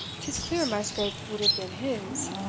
tis clear my scrape would have been his,